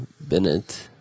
Bennett